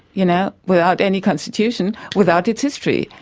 you know without any constitution, without its history.